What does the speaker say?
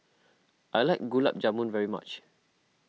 I like Gulab Jamun very much